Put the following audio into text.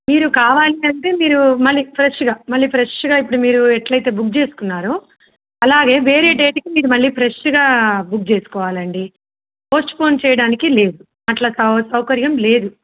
మీరు కావాలి అంటే మీరు మళ్ళీ ఫ్రెష్గా మళ్ళీ ఫ్రెష్గా ఇప్పుడు మీరు ఎట్లయితే బుక్ చేసుకున్నారు అలాగే వేరే డేట్కి మీరు మళ్ళీ ఫ్రెష్గా బుక్ చేసుకోవాలండి పోస్ట్పోన్ చేయడానికి లేదు అట్లా సౌ సౌకర్యం లేదు